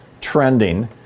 trending